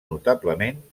notablement